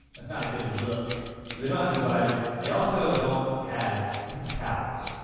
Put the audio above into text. that's not a good look. so they don't have dividers. they also don't have paper towels.